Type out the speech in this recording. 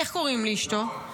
איך קוראים לאשתו?